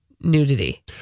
nudity